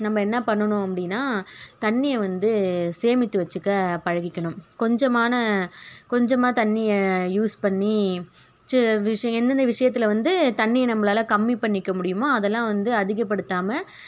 நம்ப என்ன பண்ணணும் அப்படீனா தண்ணிய வந்து சேமித்து வச்சிக்க பழகிக்கணும் கொஞ்சமான கொஞ்சமாக தண்ணிய யூஸ் பண்ணி சில விஷய எந்தெந்த விஷயத்தில் வந்து தண்ணி நம்ப்ளால் கம்மி பண்ணிக்க முடியுமோ அதெல்லாம் வந்து அதிக படுத்தாமல்